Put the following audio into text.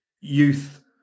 youth